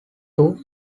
two